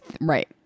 right